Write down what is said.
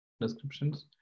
descriptions